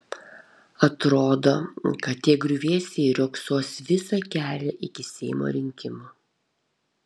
atrodo kad tie griuvėsiai riogsos visą kelią iki seimo rinkimų